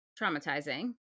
traumatizing